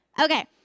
Okay